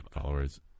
Followers